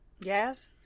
Yes